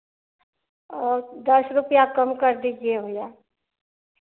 और दस रुपैया कम कर दीजिए भैया